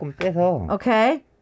Okay